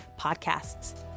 podcasts